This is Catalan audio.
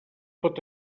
pot